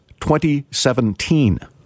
2017